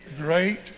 Great